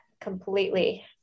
completely